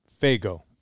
Fago